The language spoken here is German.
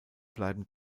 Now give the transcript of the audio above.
bleiben